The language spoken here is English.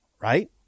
right